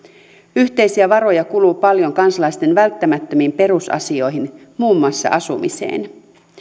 yhteisiä varoja kuluu paljon kansalaisten välttämättömiin perusasioihin muun muassa asumiseen